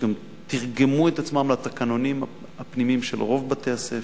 שגם תרגמו את עצמן לתקנונים הפנימיים של רוב בתי-הספר.